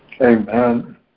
Amen